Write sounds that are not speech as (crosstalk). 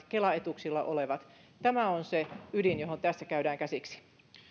(unintelligible) kela etuuksilla olevat tämä on se ydin johon tässä käydään käsiksi